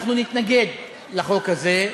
אנחנו נתנגד לחוק הזה,